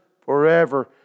forever